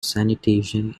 sanitation